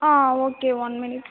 ah okay one minute